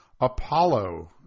Apollo